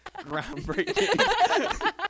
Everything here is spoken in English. Groundbreaking